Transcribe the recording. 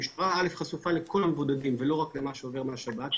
המשטרה חשופה לכל המבודדים ולא רק למה שעובר מהשב"כ,